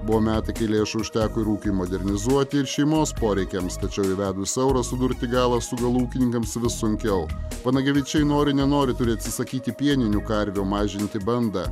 buvo metai kai lėšų užteko ir ūkiui modernizuoti ir šeimos poreikiams tačiau įvedus eurą sudurti galą su galu ūkininkams vis sunkiau vanagevičiai nori nenori turi atsisakyti pieninių karvių mažinti bandą